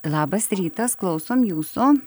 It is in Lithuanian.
labas rytas klausom jūsų